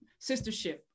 sistership